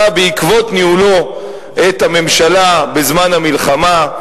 בעקבות ניהולו את הממשלה בזמן המלחמה,